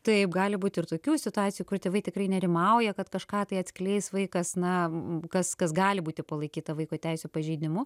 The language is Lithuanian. taip gali būt ir tokių situacijų kur tėvai tikrai nerimauja kad kažką tai atskleis vaikas na kas kas gali būti palaikyta vaiko teisių pažeidimu